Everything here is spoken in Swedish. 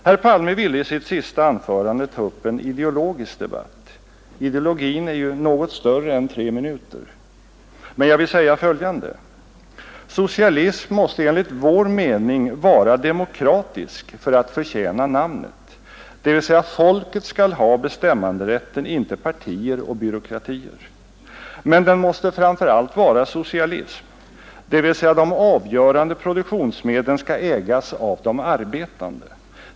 Herr Palme ville i sitt senaste anförande ta upp en ideologisk debatt. Ideologin torde kräva något mer än tre minuter, men jag vill säga följande: Socialism måste enligt vår mening vara demokratisk för att förtjäna namnet, dvs. folket skall ha bestämmanderätten, inte partier och byråkratier. Men den måste framför allt vara socialism, dvs. de avgörande produktionsmedlen skall ägas av de arbetande.